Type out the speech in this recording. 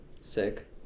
sick